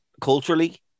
Culturally